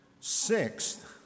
Sixth